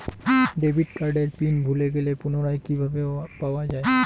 Debit কার্ডের PIN ভুলে গেলে পুনরায় কিভাবে পাওয়া য়ায়?